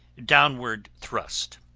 downward thrust.